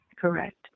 Correct